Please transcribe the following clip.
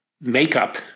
makeup